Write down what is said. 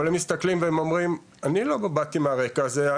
אבל הם מתסכלים ואומרים אני לא באתי מהרקע הזה,